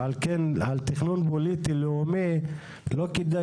ועל כן על תכנון פוליטי לאומי לא כדאי